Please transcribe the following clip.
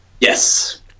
Yes